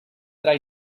that